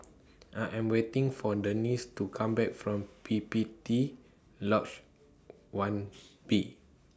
I Am waiting For Denice to Come Back from P P T Lodge one B